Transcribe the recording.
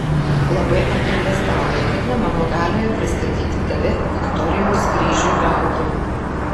labai apgailestauju kad ne mano galioje pristatyti tave viktorijos kryžiui gauti